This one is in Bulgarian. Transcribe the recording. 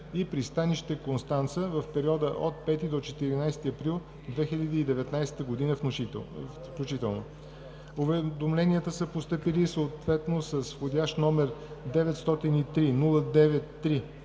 и пристанище Констанца в периода от 5 до 14 април 2019 г. включително. Уведомленията са постъпили съответно с вх. № 903-09-3